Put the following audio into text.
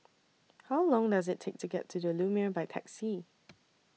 How Long Does IT Take to get to The Lumiere By Taxi